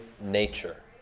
nature